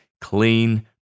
clean